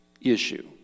issue